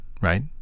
right